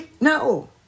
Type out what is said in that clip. no